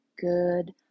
good